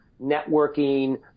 networking